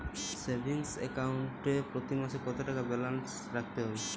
Savings account এ প্রতি মাসে কতো টাকা ব্যালান্স রাখতে হবে?